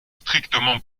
strictement